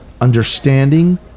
understanding